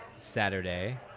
Saturday